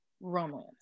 romance